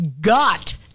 Got